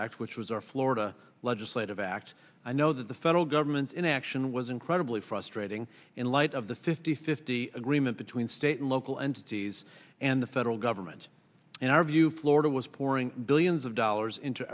act which was our florida legislative act i know that the federal government in action was incredibly frustrating in light of the fifty fifty agreement between state and local entities and the federal government in our view florida was pouring billions of dollars into